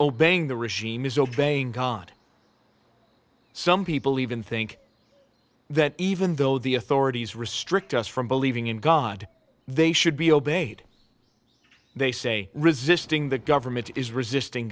obeying the regime is obeying god some people even think that even though the authorities restrict us from believing in god they should be obeyed they say resisting the government is resisting